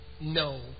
no